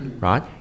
right